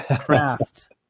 craft